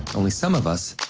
only, some of us.